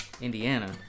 Indiana